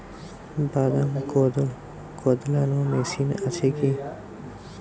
বাদাম কদলানো মেশিন আছেকি?